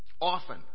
often